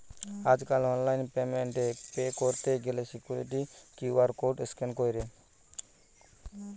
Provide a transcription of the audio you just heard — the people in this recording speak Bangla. আজকাল অনলাইন পেমেন্ট এ পে কইরতে গ্যালে সিকুইরিটি কিউ.আর কোড স্ক্যান কইরে